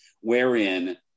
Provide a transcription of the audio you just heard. wherein